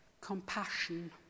compassion